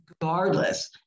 Regardless